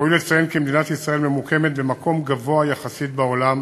ראוי לציין כי מדינת ישראל ממוקמת במקום גבוה יחסית בעולם